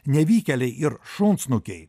nevykėliai ir šunsnukiai